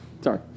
Sorry